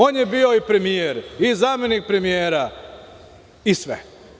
On je bio i premijer, i zamenik premijera, i sve.